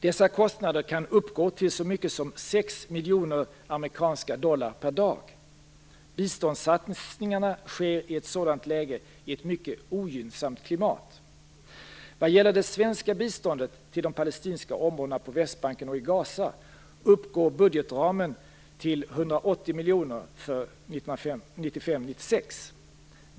Dessa kostnader kan uppgå till så mycket som 6 miljoner US-dollar per dag. Biståndssatsningarna sker i ett sådant läge i ett mycket ogynnsamt klimat. Vad gäller det svenska biståndet till de palestinska områdena på Västbanken och i Gaza uppgår budgetramen till 180 miljoner för 1995/96.